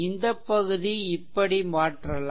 இந்தப்பகுதி இப்படி மாற்றலாம்